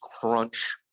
crunch